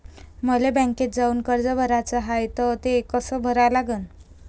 मले बँकेत जाऊन कर्ज भराच हाय त ते कस करा लागन?